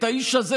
את האיש הזה,